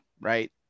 right